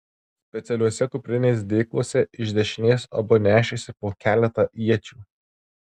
specialiuose kuprinės dėkluose iš dešinės abu nešėsi po keletą iečių